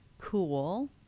cool